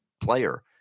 player